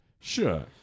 Sure